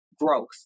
growth